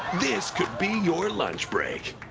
this could be your lunch break.